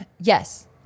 Yes